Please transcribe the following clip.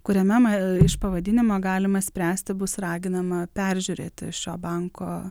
kuriame pavadinimą galima spręsti bus raginama peržiūrėti šio banko